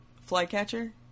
Flycatcher